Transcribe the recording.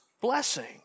blessing